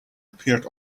appeared